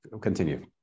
continue